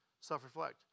self-reflect